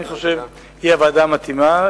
אני חושב שוועדת הכלכלה היא הוועדה המתאימה.